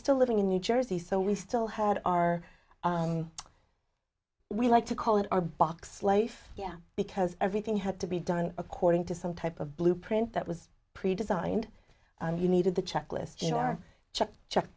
still living in new jersey so we still had our we like to call it our box life yeah because everything had to be done according to some type of blueprint that was predesigned you needed the checklist in our check check